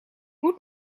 moet